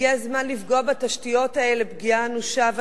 הגיע הזמן לפגוע בתשתיות האלה פגיעה אנושה.